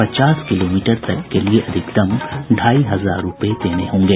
पचास किलोमीटर तक के लिए अधिकतम ढाई हजार रूपये देने होंगे